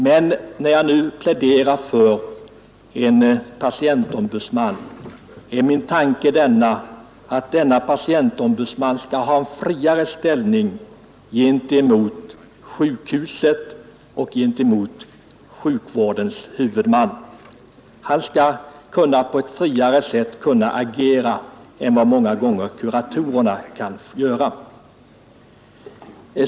Men när jag nu pläderar för en patientombudsman är min tanke att denna patientombudsman skall ha en friare ställning gentemot sjukhuset och sjukvårdens huvudman. Han skall kunna agera på ett friare sätt än vad många gånger kuratorerna kan göra.